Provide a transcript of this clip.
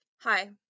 Hi